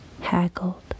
haggled